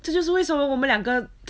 这就是为什么我们两个